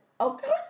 okay